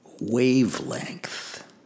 wavelength